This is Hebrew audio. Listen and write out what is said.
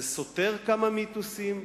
זה סותר כמה מיתוסים,